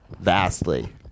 vastly